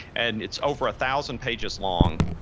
and it's over a thousand pages long.